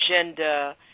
agenda